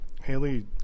Haley